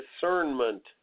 discernment